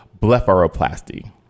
blepharoplasty